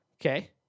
Okay